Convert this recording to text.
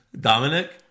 Dominic